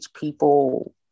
people